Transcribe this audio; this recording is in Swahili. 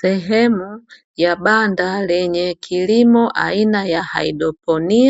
Sehemu ya banda lenye kilimo aina ya hydroponi,